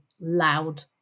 loud